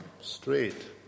straight